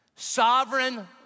Sovereign